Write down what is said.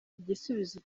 igisubizo